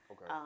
Okay